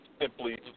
Simply